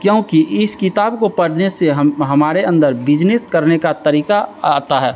क्योंकि इस किताब को पढ़ने से हम हमारे अंदर बिजनेस करने का तरीक़ा आता है